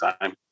time